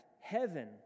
heaven